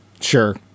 Sure